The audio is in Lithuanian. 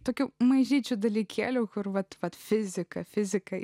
tokių mažyčių dalykėlių kur vat vat fizika fizika